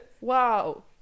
Wow